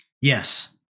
Yes